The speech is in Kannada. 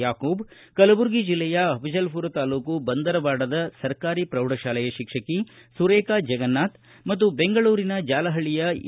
ಯಾಕುಬ್ ಕಲಬುರಗಿ ಜಿಲ್ಲೆಯ ಅಫ್ಲಲ್ಪುರ ತಾಲೂಕು ಬಂದರವಾಡದ ಸರ್ಕಾರಿ ಪ್ರೌಢಶಾಲೆಯ ಶಿಕ್ಷಕಿ ಸುರೇಖಾ ಜಗನ್ನಾಥ ಮತ್ತು ಬೆಂಗಳೂರಿನ ಜಾಲಪಳ್ಳಿಯ ಎ